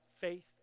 faith